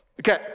Okay